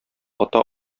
ата